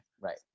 Right